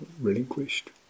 relinquished